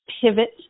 pivot